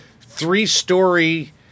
three-story